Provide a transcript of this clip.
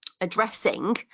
addressing